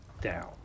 down